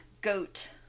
goat